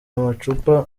amacupa